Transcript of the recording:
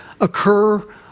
occur